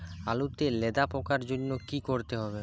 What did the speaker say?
আলুতে লেদা পোকার জন্য কি করতে হবে?